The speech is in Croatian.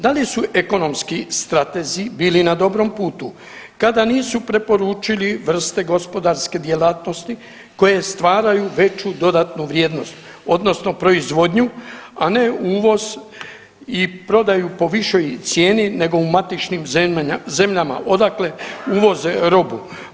Da li su ekonomski stratezi bili na dobrom putu kada nisu preporučili vrste gospodarske djelatnosti koje stvaraju veću dodatnu vrijednost odnosno proizvodnju, a ne uvoz i prodaju po višoj cijeni nego u matičnim zemljama odakle uvoze robu?